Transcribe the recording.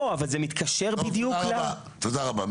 לא, אבל זה מתקשר בדיוק ל --- תודה רבה.